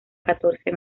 catorce